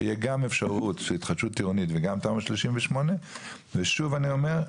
שתהיה גם אפשרות של התחדשות עירונית וגם תמ"א 38. ושוב אני אומר,